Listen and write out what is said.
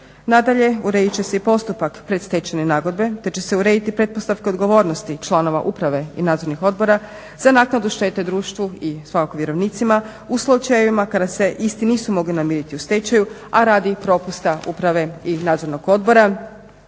Nadalje, uredit će se i postupak predstečajne naredbe te će se urediti pretpostavka odgovornosti članova uprave i nadzornih odbora za naknadu štete društvu i svakako vjerovnicima u slučajevima kada se isti nisu mogli namiriti u stečaju a radi propusta uprave i nadzornog odbora